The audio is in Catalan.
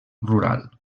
rural